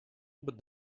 but